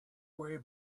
way